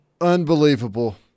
Unbelievable